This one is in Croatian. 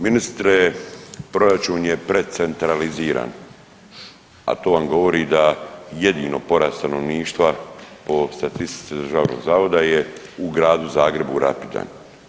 Ministre, proračun je precentraliziran, a to vam govori da jedino porast stanovništva po statistici državnog zavoda je u Gradu Zagrebu rapidan.